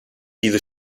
diese